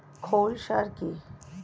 খৈল সার কি?